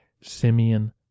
Simeon